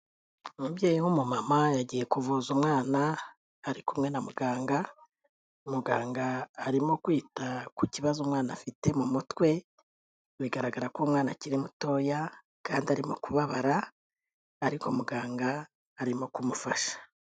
Umubyeyi w'umuma yagiye kuvuza umwana, ari kumwe na muganga, muganga arimo kwita ku kibazo umwana afite mu mutwe, bigaragara ko umwana akiri mutoya kandi arimo kubabara, ariko muganga arimo kumufasha.